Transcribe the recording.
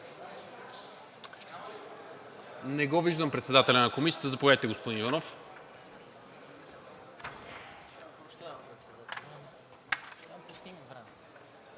Не виждам председателя на Комисията. Заповядайте, господин Иванов.